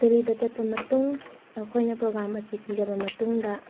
ꯗꯦꯂꯤꯗ ꯆꯠꯄ ꯃꯇꯨꯡ ꯑꯩꯈꯣꯏꯅ ꯄ꯭ꯔꯣꯒ꯭ꯔꯥꯝ ꯑꯁꯤ ꯄꯤꯔꯕ ꯃꯇꯨꯡꯗ